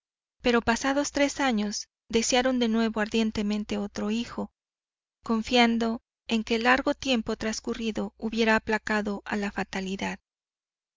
pero pasados tres años desearon de nuevo ardientemente otro hijo confiando en que el largo tiempo transcurrido hubiera aplacado a la fatalidad